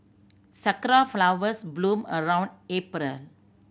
sakura flowers bloom around April